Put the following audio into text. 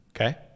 okay